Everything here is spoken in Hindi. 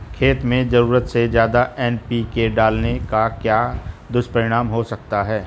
खेत में ज़रूरत से ज्यादा एन.पी.के डालने का क्या दुष्परिणाम हो सकता है?